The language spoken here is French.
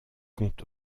quant